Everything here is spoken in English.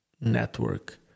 network